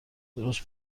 درست